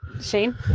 Shane